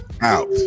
out